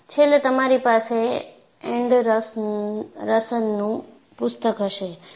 છેલ્લે તમારી પાસે એન્ડરસનનું પુસ્તક હશે